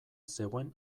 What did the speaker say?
zegoen